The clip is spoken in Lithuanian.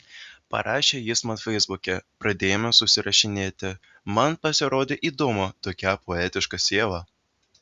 parašė jis man feisbuke pradėjome susirašinėti man pasirodė įdomu tokia poetiška siela